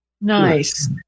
Nice